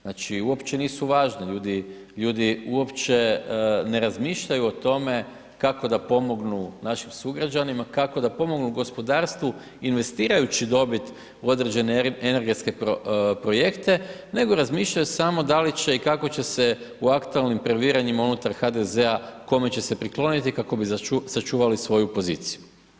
Znači, uopće nisu važne, ljudi uopće ne razmišljaju o tome kako da pomognu našim sugrađanima, kako da pomognu gospodarstvu investirajući dobit u određene energetske projekte, nego razmišljaju samo da li će i kako će se u aktualnim previranjima unutar HDZ-a, kome će se prikloniti kako bi sačuvali svoju poziciju.